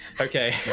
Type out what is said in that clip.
Okay